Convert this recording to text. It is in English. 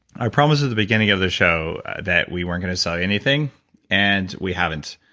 i promised at the beginning of the show that we weren't going to sell you anything and we haven't.